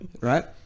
right